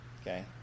Okay